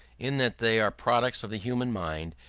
in that they are products of the human mind,